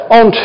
on